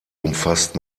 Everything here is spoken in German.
umfasst